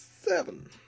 Seven